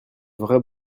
vrais